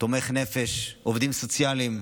תומך נפש, עובדים סוציאליים.